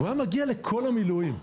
הוא היה מגיע לכל המילואים.